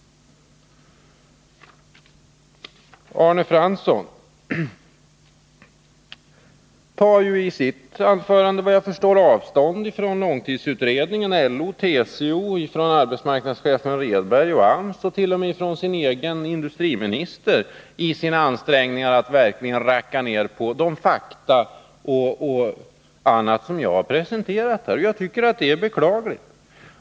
Arne Fransson tog i sitt anförande, vad jag kunde förstå, avstånd från långtidsutredningen, LO och TCO. Han tog även avstånd från chefen för arbetsmarknadsverket Bertil Rehnberg, från AMS och t.o.m. från sin egen industriminister i sina ansträngningar att verkligen racka ned på de fakta som jag här har presenterat. Jag tycker att det är beklagligt.